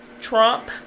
trump